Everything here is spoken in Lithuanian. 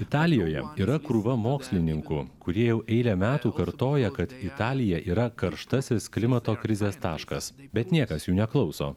italijoje yra krūva mokslininkų kurie jau eilę metų kartoja kad italija yra karštasis klimato krizės taškas bet niekas jų neklauso